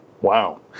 Wow